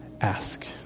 ask